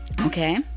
okay